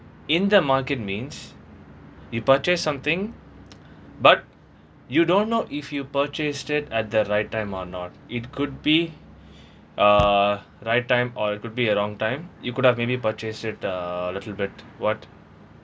in the market means you purchase something but you don't know if you purchased it at the right time or not it could be uh right time or it could be a wrong time you could have maybe purchase it a little bit what